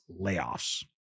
layoffs